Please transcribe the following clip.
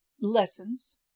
lessons